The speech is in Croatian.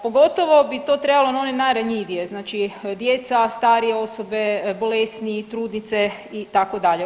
Pogotovo bi to trebalo na one najranjivije, znači djeca, starije osobe, bolesniji, trudnice itd.